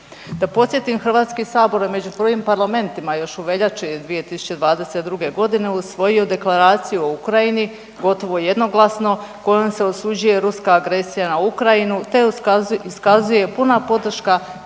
Da podsjetim, HS je među prvim parlamentima još u veljači 2022. g. usvojio Deklaraciju o Ukrajini gotovo jednoglasno kojom se osuđuje ruska agresija na Ukrajinu te iskazuje puna podrška